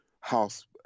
house